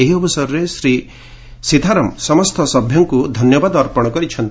ଏହି ଅବସରରେ ଶ୍ରୀ ସୀଥାରମ୍ ସମସ୍ତ ସଭ୍ୟଙ୍କୁ ଧନ୍ୟବାଦ ଅର୍ପଣ କରିଛନ୍ତି